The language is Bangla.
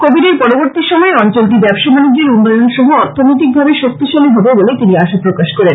কোবিডের পরবর্তি সময়ে অঞ্চলটি ব্যবসা বানিজ্যের উন্নয়ন সহ অর্থনৈতিকভাবে শক্তিশালী হবে বলে তিনি আশা প্রকাশ করেন